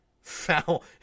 Foul